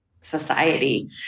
society